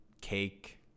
cake